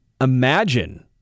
Imagine